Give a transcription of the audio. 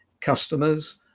customers